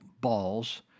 balls